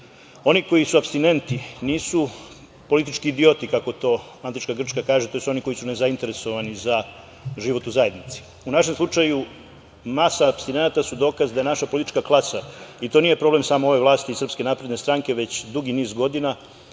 Oni koji su apstinenti nisu politički idioti, kako to antička Grčka kaže, to su oni koji su nezainteresovani za život u zajednici. U našem slučaju, masa apstinenata su dokaz da je naša politička klasa, i to nije problem samo ove vlasti i SNS, već dugi niz godina